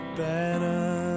better